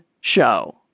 show